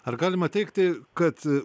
ar galima teigti kad